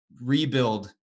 rebuild